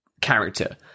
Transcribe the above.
character